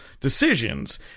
decisions